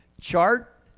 chart